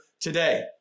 today